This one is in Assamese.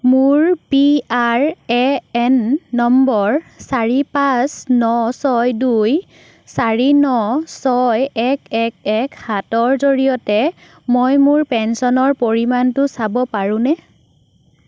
মোৰ P R A N number চাৰি পাঁচ ন ছয় দুই চাৰি ন ছয় এক এক এক সাতৰ জৰিয়তে মই মোৰ পেঞ্চনৰ পৰিমাণটো চাব পাৰোঁনে